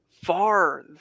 far